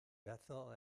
bethel